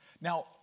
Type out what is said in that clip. now